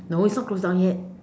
no it's not closed down yet